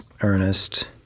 Ernest